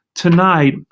Tonight